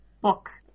book